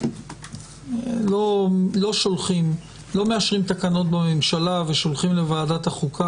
שלא מאשרים תקנות בממשלה ושולחים לוועדת החוקה